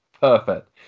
perfect